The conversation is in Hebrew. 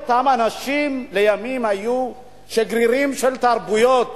אותם אנשים לימים היו שגרירים של תרבויות,